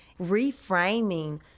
Reframing